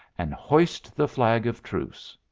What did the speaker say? and hoist the flag of truce.